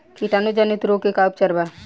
कीटाणु जनित रोग के का उपचार बा?